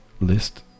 list